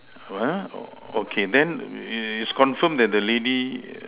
ah okay then is confirm that the lady